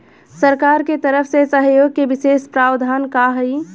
सरकार के तरफ से सहयोग के विशेष प्रावधान का हई?